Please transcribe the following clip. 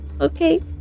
okay